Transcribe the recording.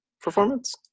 performance